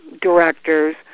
directors